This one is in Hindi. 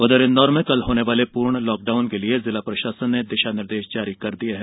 इधर इंदौर में कल होने वाले पूर्ण लॉकडाउन के लिए जिला प्रषासन ने दिषा निर्देष जारी कर दिए हैं